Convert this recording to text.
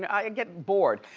and i and get bored.